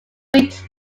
wheat